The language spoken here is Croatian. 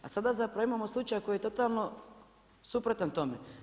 A sada zapravo imamo slučaj koji je totalno suprotan tome.